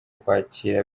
kwakira